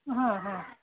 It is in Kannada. ಹಾಂ ಹಾಂ